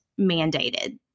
mandated